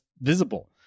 visible